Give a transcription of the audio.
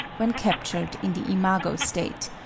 when captured in the imago state,